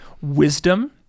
wisdom